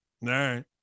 right